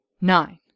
nine